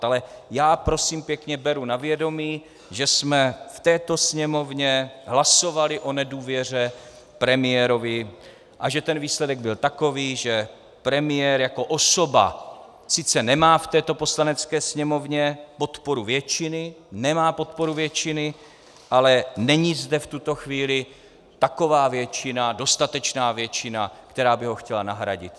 Ale já, prosím pěkně, beru na vědomí, že jsme v této Sněmovně hlasovali o nedůvěře premiérovi a že ten výsledek byl takový, že premiér jako osoba sice nemá v této Poslanecké sněmovně podporu většiny, nemá podporu většiny, ale není zde v tuto chvíli taková většina, dostatečná většina, která by ho chtěla nahradit.